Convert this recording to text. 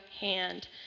hand